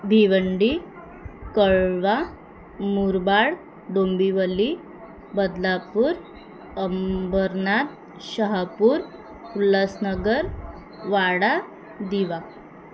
Bhiwandi Kalwa Murbad Dombivli Badlapur Ambernath Shahapur Ulhasnagar Wada Diva